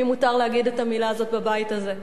אם מותר להגיד את המלה הזאת בבית הזה.